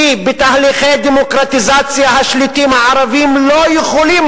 כי בתהליכי דמוקרטיזציה השליטים הערבים לא יכולים